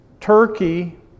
Turkey